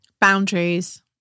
Boundaries